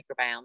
microbiome